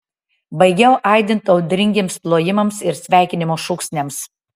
baigiau aidint audringiems plojimams ir sveikinimo šūksniams